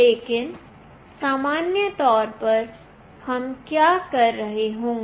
लेकिन सामान्य तौर पर हम क्या कर रहे होंगे